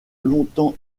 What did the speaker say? longtemps